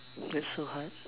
that's so hard